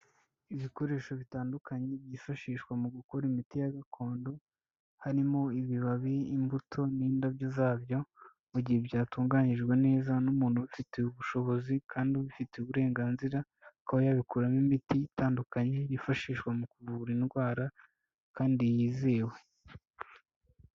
Ibikoresho bitandukanye byifashishwa mu gukora imiti ya gakondo, harimo ibibabi, imbuto, n'indabyo zabyo, mu gihe byatunganyijwe neza n'umuntu ubifitiye ubushobozi, kandi ubifitiye uburenganzira kuba yabikuramo imiti itandukanye yifashishwa mu kuvura indwara, kandi yizewe.